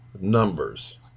numbers